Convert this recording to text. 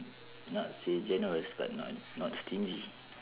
not say generous but not not stingy